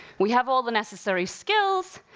we have all the necessary skills,